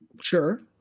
Sure